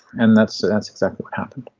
and that's that's exactly what happened